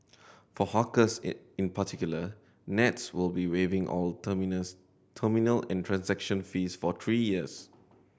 for hawkers in particular Nets will be waiving all terminals terminal and transaction fees for three years